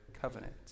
covenant